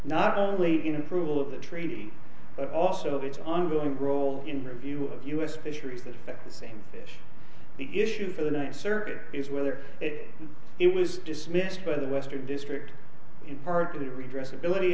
not only in approval of the treaty but also its ongoing role in review of u s fisheries that affect the same fish the issue for the ninth circuit is whether it was dismissed by the western district in part redress ability